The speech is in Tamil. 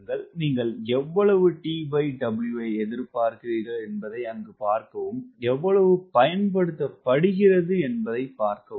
நீங்கள் எவ்வளவு TW ஐ எதிர்பார்க்கிறீர்கள் என்பதைப் பார்க்கவும் எவ்வளவு பயன்படுத்தப்படுகிறது என்பதைப் பார்க்கவும்